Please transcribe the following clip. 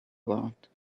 world